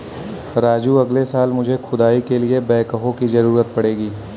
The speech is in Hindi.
राजू अगले साल मुझे खुदाई के लिए बैकहो की जरूरत पड़ेगी